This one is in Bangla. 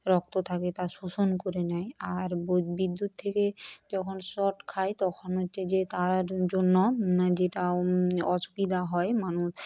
রক্ত থাকে তা শোষণ করে নেয় আর বিদ্যুৎ থেকে যখন শক খায় তখন হচ্ছে যে তার জন্য যেটা অসুবিধা হয় মানু